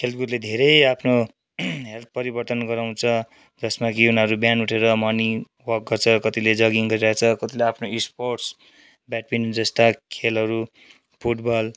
खेलकुदले धेरै आफ्नो हेल्थ परिवर्तन गराँउछ जसमा कि उनीहरू बिहान उठेर मर्निङ वल्क गर्छ कतिले जगिङ गरिरहेछ कतिले आफ्नो स्पोर्ट्स ब्याडमिन्टन जस्ता खेलहरू फुटबल